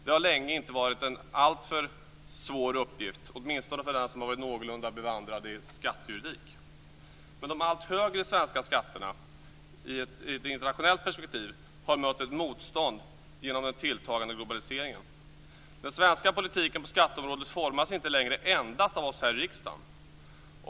Det har länge inte varit en alltför svår uppgift, åtminstone för den som har varit någorlunda bevandrad i skattejuridik. De allt högre svenska skatterna har i ett internationellt perspektiv mött ett motstånd genom den tilltagande globaliseringen. Den svenska politiken på skatteområdet formas inte längre endast av oss här i riksdagen.